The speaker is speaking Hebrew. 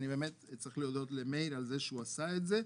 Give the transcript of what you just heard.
באמת צריך להודות למאיר על זה שהוא עשה את זה.